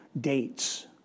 dates